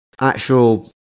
actual